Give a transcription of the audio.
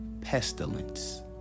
pestilence